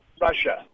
Russia